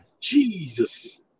Jesus